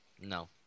No